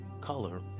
Color